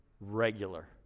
regular